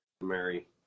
mary